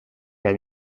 dans